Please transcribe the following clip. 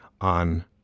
on